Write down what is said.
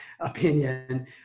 opinion